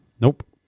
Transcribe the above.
Nope